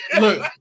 Look